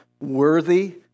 worthy